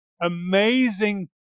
amazing